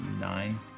Nine